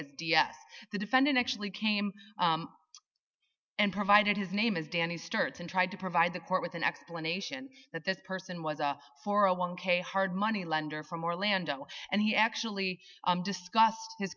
s the defendant actually came and provided his name is danny starts and tried to provide the court with an explanation that this person was for a one k hard money lender from orlando and he actually discussed his